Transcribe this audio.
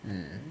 hmm